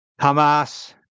Hamas